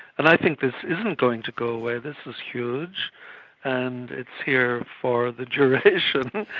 and i think this isn't going to go away. this is huge and it's here for the duration,